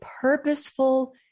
purposeful